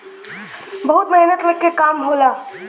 बहुत मेहनत के काम होला